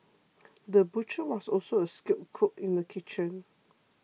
the butcher was also a skilled cook in the kitchen